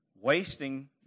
wasting